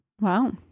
Wow